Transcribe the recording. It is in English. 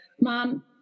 Mom